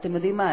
אתם יודעים מה?